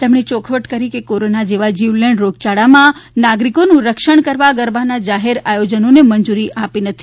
તેમણે ચોખવટ કરી છે કે કોરોના જેવા જીવલેણ રોગયાળામાં નાગરિકોનું રક્ષણ કરવા માટે ગરબાના જાહેર આયોજનને મંજૂરી આપી નથી